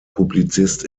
publizist